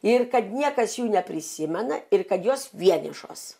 ir kad niekas jų neprisimena ir kad jos vienišos